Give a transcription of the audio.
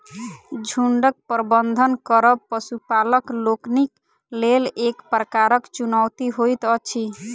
झुंडक प्रबंधन करब पशुपालक लोकनिक लेल एक प्रकारक चुनौती होइत अछि